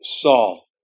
Saul